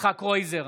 יצחק קרויזר,